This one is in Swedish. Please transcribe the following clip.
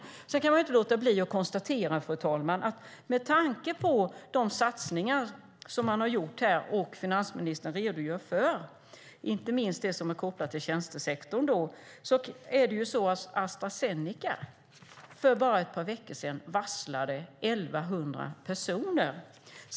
Sedan kan jag inte låta bli att konstatera, fru talman, med tanke på de satsningar som man har gjort och som finansministern redogör för, inte minst det som är kopplat till tjänstesektorn, att Astra Zeneca för bara ett par veckor sedan varslade 1 100 personer.